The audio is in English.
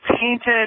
painted